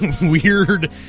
Weird